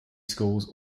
schools